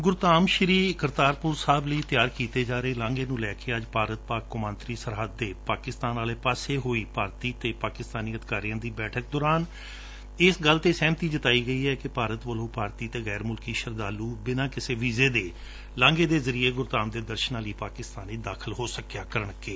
ਗੁਰੁਧਾਮ ਸ਼੍ਸੀ ਕਰਤਾਰਪੁਰ ਸਾਹਿਬ ਲਈ ਤਿਆਰ ਕੀਤੇ ਜਾ ਰਹੇ ਲਾਂਘੇ ਨੂੰ ਲੈਕੇ ੱਜ ਭਾਰਤ ਪਾਕਿ ਕੌਮਾਂਤਰੀ ਸਰਹੱਦ ਦੇ ਪਾਕਿਸਤਾਨ ਵਾਲੇ ਪਾਸੇ ਹੋਈ ਭਾਰਤੀ ਅਤੇ ਪਾਕਿਸਤਾਨੀ ਅਧਿਕਾਰੀਆਂ ਦੀ ਬੈਠਕ ਦੌਰਾਨ ਇਸ ਗੱਲ ਤੇ ਸਹਿਮਤੀ ਜਤਾਈ ਗਈ ਹੈ ਕਿ ਭਾਰਤ ਵੱਲੋ ਭਾਤਰੀ ਨਅਤੇ ਗੈਰਮੁਲਕੀ ਸ਼ਰਧਾਲੂ ਬਿਨਾ ਕਿਸੇ ਵੀਜੇ ਦੇ ਲਾਂਘੇ ਦੇ ਜਰਿਏ ਗੁਰਧਾਮ ਦੇ ਦਰਸ਼ਨਾਂ ਲਈ ਪਾਕਿਸਤਾਨ ਵਿੱਚ ਦਾਖਲ ਹੋ ਸਕਿਆ ਕਰਣਗੇ